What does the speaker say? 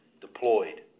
deployed